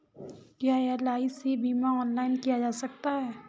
क्या एल.आई.सी बीमा ऑनलाइन किया जा सकता है?